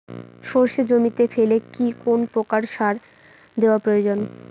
সর্ষে জমিতে ফেলে কি কোন প্রকার সার দেওয়া প্রয়োজন?